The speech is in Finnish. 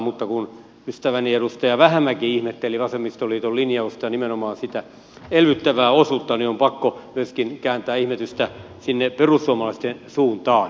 mutta kun ystäväni edustaja vähämäki ihmetteli vasemmistoliiton linjausta nimenomaan sitä elvyttävää osuutta niin on pakko myöskin kääntää ihmetystä sinne perussuomalaisten suuntaan